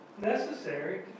necessary